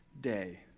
day